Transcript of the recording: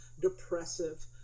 depressive